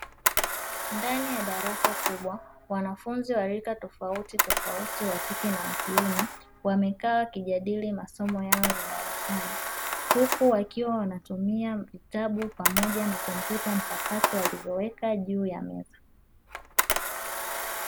Ndani ya darasa kubwa, wanafunzi wa rika tofautitofauti wa kike na wa kiume wamekaa wakijadili masomo yao darasani, huku wakiwa wanatumia vitabu pamoja na kompyuta mpakato walizoweka juu ya meza.